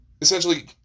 Essentially